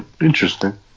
interesting